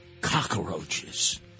Cockroaches